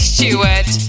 Stewart